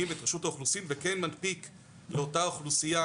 ורשות האוכלוסין וכן מנפיק לאותה אוכלוסייה,